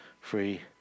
free